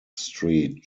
street